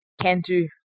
can-do